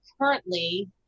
currently